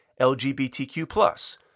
LGBTQ